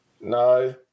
No